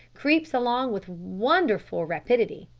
creeps along with wonderful rapidity,